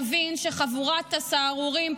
חברת הכנסת טטיאנה